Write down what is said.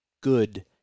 good